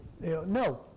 No